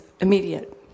immediate